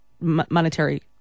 monetary